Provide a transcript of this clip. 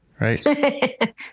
right